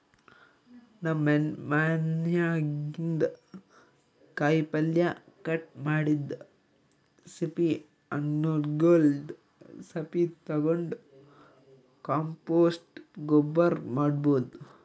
ನಮ್ ಮನ್ಯಾಗಿನ್ದ್ ಕಾಯಿಪಲ್ಯ ಕಟ್ ಮಾಡಿದ್ದ್ ಸಿಪ್ಪಿ ಹಣ್ಣ್ಗೊಲ್ದ್ ಸಪ್ಪಿ ತಗೊಂಡ್ ಕಾಂಪೋಸ್ಟ್ ಗೊಬ್ಬರ್ ಮಾಡ್ಭೌದು